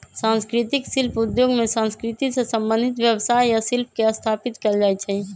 संस्कृतिक शिल्प उद्योग में संस्कृति से संबंधित व्यवसाय आ शिल्प के स्थापित कएल जाइ छइ